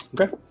Okay